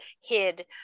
hid